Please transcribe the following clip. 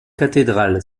cathédrale